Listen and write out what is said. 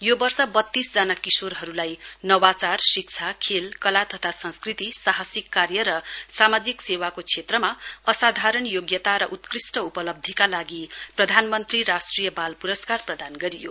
यो वर्ष बत्तीसजना किशोरहरूलाई नवाचार शिक्षा खेला कला तथा संस्कृति साहिसिक कार्य र सामाजिक सेवाको क्षेत्रमा असाधारण योग्यता र उत्कृस्ट उपलब्धीका लागि प्रधानमन्त्री राष्ट्रिय बाल पुरस्कार प्रदान गरियो